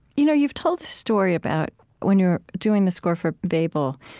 you know you've told a story about when you were doing the score for babel.